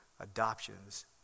adoptions